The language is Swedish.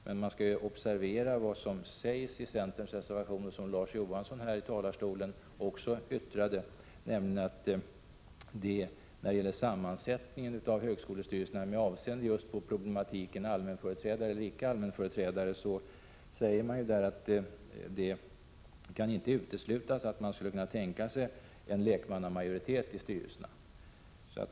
Man skall emellertid observera vad som sägs i centerns reservation och vad Larz Johansson också yttrade här i talarstolen, nämligen att centern skulle kunna tänka sig en lekmannamajoritet i styrelserna.